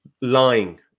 lying